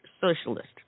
socialist